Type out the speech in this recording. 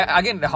again